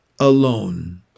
alone